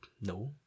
no